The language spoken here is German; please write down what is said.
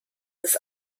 des